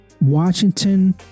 Washington